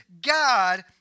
God